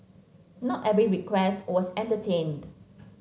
not every request was entertained